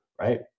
right